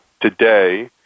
today